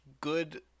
good